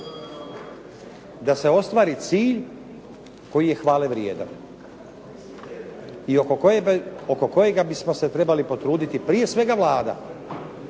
da se ostvari cilj koji je hvale vrijedan i oko kojega bismo se trebali potruditi prije svega Vlada,